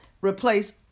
replace